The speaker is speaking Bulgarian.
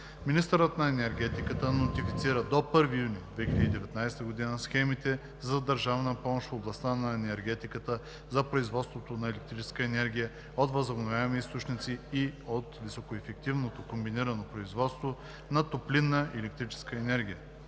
Министърът на енергетиката нотифицира до 1 юни 2019 г. схемите за държавна помощ в областта на енергетиката за производството на електрическа енергия от възобновяеми източници и от високоефективното комбинирано производство на топлинна и електрическа енергия.